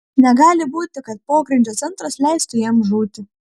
negali būti kad pogrindžio centras leistų jam žūti